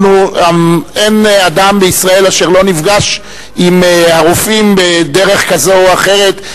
אין אדם בישראל אשר לא נפגש עם הרופאים בדרך כזו או אחרת.